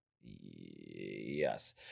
yes